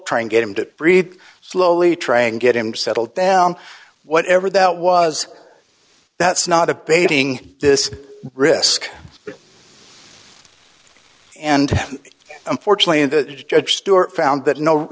trying get him to breathe slowly try and get him settled down whatever that was that's not updating this risk and unfortunately in the judge stewart found that no